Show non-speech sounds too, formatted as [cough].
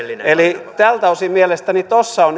eli tältä osin mielestäni tuossa on [unintelligible]